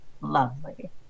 Lovely